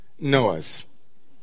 Noahs